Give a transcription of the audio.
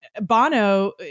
Bono